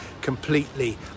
completely